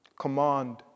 command